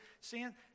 sin